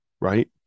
right